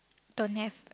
don't have